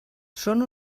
són